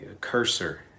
cursor